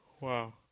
wow